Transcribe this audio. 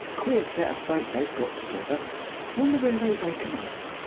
queer set of folk they've got together wonder where they rake them up?